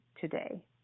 today